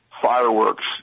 fireworks